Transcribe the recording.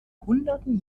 hunderten